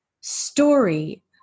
story